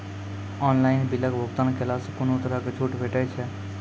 Online बिलक भुगतान केलासॅ कुनू तरहक छूट भेटै छै?